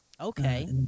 Okay